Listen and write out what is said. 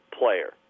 player